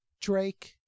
Drake